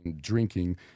drinking